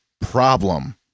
problem